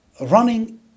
Running